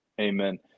Amen